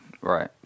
Right